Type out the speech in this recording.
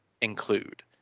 include